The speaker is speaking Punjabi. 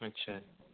ਅੱਛਾ